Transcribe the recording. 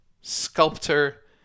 sculptor